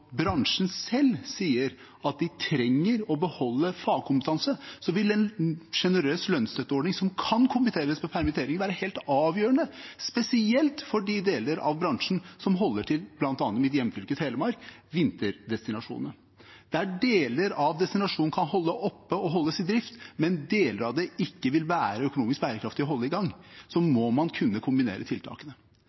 bransjen selv sier at de trenger å beholde fagkompetanse, vil en sjenerøs lønnsstøtteordning som kan kombineres med permitteringer, være helt avgjørende, spesielt for de deler av bransjen som holder til bl.a. i mitt hjemfylke Telemark: vinterdestinasjonene. Der deler av destinasjonene kan holde oppe og holdes i drift, mens deler av dem ikke vil være økonomisk å holde i gang, må man kunne kombinere tiltakene.